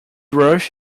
rush